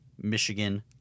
Michigan